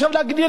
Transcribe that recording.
גם לא להשקיע